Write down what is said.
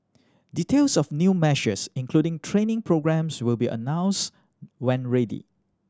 details of new measures including training programmes will be announced when ready